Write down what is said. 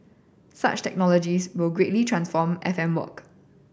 such technologies will greatly transform F M work